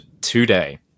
today